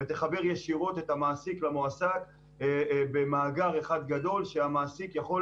ותחבר ישירות את המעסיק למועסק במאגר אחד גדול שהמעסיק יכול